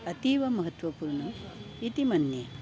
अतीवमहत्त्वपूर्णम् इति मन्ये